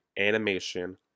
animation